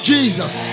Jesus